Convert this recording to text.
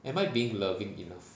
am I being loving enough